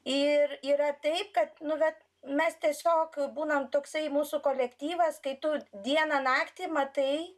ir yra taip kad nu vat mes tiesiog būnam toksai mūsų kolektyvas kai tu dieną naktį matai